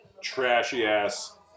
trashy-ass